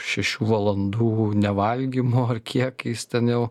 šešių valandų nevalgymo ar kiek jis ten jau